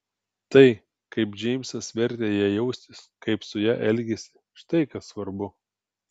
tai kaip džeimsas vertė ją jaustis kaip su ja elgėsi štai kas svarbu